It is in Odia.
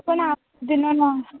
ଆପଣ